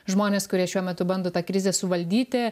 žmones kurie šiuo metu bando tą krizę suvaldyti